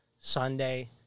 Sunday